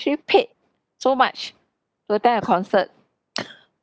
actually paid so much to attend a concert